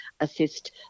assist